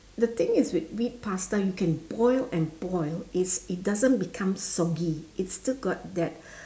the thing is with wheat pasta you can boil and boil it it's doesn't become soggy it's still got that